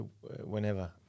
whenever